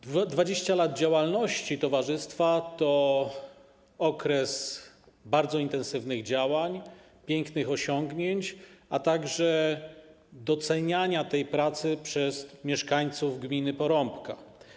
20 lat działalności towarzystwa to okres bardzo intensywnych działań, pięknych osiągnięć, a także doceniania tej pracy przez mieszkańców gminy Porąbka.